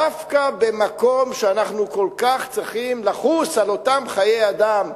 דווקא במקום שאנחנו כל כך צריכים לחוס על אותם חיי אדם,